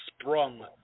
sprung